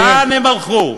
אבל לאן הם הלכו?